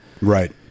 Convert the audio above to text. Right